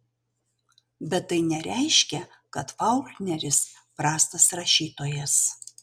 bet tai nereiškia kad faulkneris prastas rašytojas